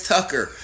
Tucker